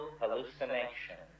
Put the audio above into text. hallucination